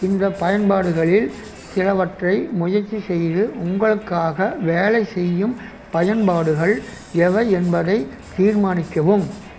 இந்த பயன்பாடுகளில் சிலவற்றை முயற்சி செய்து உங்களுக்காக வேலை செய்யும் பயன்பாடுகள் எவை என்பதைத் தீர்மானிக்கவும்